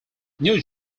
new